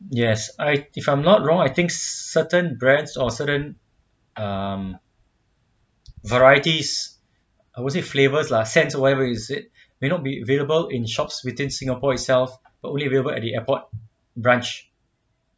yes I if I'm not wrong I think certain brands or certain um varieties or was it flavors lah sense whatever is it may not be available in shops within singapore itself only available at the airport branch